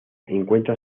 encuentra